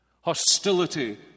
hostility